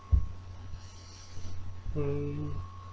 mm